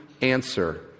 answer